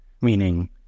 meaning